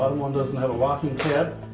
um one doesn't have a locking tab,